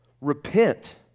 Repent